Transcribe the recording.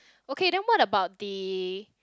okay then what about the